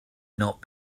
not